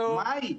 מה היא?